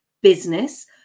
business